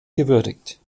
gewürdigt